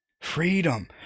freedom